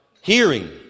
hearing